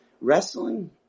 wrestling